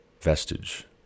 vestige